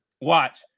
Watch